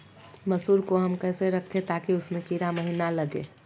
मसूर को हम कैसे रखे ताकि उसमे कीड़ा महिना लगे?